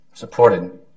Supported